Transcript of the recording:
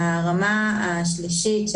הרמה השלישית,